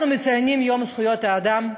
אנחנו מציינים את יום זכויות האדם.